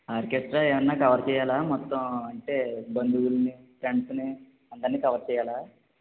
orchestra ఏమైనా cover చెయాల మొత్తం అంటే బంధువులని ఫ్రెండ్స్ని అందరినీ కవర్ చేయాలా